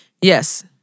Yes